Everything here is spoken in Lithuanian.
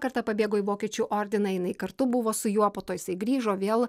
kartą pabėgo į vokiečių ordiną jinai kartu buvo su juo po to jisai grįžo vėl